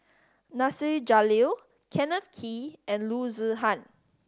Nasir Jalil Kenneth Kee and Loo Zihan